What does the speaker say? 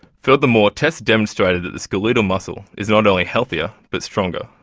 furthermore, tests demonstrated that the skeletal muscle is not only healthier but stronger,